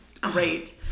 Great